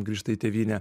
grįžta į tėvynę